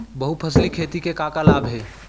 बहुफसली खेती के का का लाभ हे?